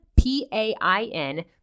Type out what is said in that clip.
P-A-I-N